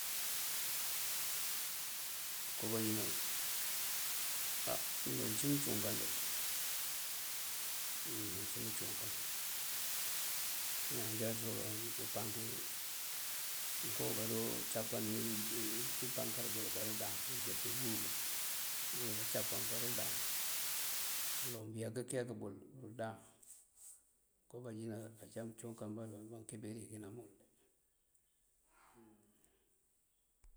Mëënko banjínal, á mëloŋ ací mëëncúukan, mëloŋ cí mëëncúukan. Á já wuloŋ ipankí mooko cápan ipankárul koondáan uloŋ këëyak këëyam bël kúundáan. Bëënko banjín ajá mëëncúukan bël amëënkir dí bël.